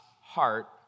heart